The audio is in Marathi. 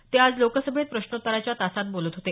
ते आज लोकसभेत प्रश्नोतराच्या तासात बोलत होते